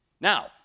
Now